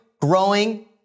growing